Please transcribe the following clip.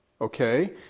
Okay